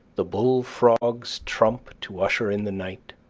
the bullfrogs trump to usher in the night,